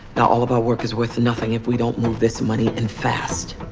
now, all of our work is worth nothing if we don't move this money and fast.